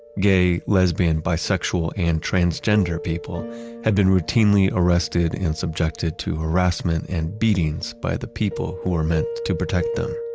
gay, lesbian, bisexual, and transgender people had been routinely arrested and subjected to harassment and beatings by the people who are meant to protect them.